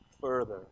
further